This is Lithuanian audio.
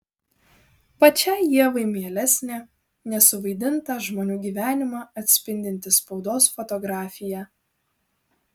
pačiai ievai mielesnė nesuvaidintą žmonių gyvenimą atspindinti spaudos fotografija